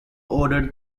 ordered